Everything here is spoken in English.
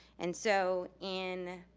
and so, in,